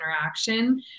interaction